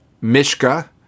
Mishka